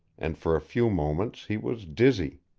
and for a few moments he was dizzy.